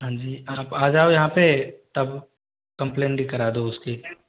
हाँ जी आप आ जाओ यहाँ पे तब कंप्लैन भी करा दो उसकी